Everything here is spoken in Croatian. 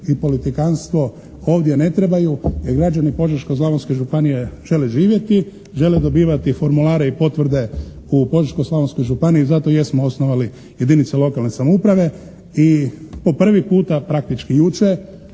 i politikanstvo ovdje ne trebaju jer građani Požeško-Slavonske županije žele živjeti, žele dobivati formulare i potvrde u Požeško-Slavonskoj županiji. Zato i jesmo osnovali jedinice lokalne samouprave i po prvi puta praktički jučer